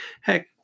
Heck